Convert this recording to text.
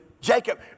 Jacob